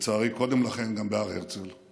ולצערי קודם לכן גם בהר הרצל,